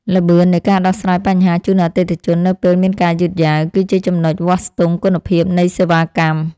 ល្បឿននៃការដោះស្រាយបញ្ហាជូនអតិថិជននៅពេលមានការយឺតយ៉ាវ គឺជាចំណុចវាស់ស្ទង់គុណភាពនៃសេវាកម្ម។